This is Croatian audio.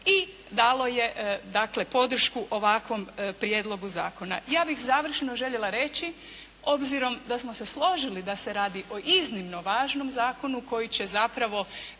i dalo je dakle, podršku ovakvom Prijedlogu zakona. Ja bih završno željela reći, obzirom da smo se složili da se radi o iznimno važnom Zakonu koji će zapravo